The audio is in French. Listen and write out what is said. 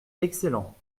excellent